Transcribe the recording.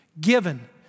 given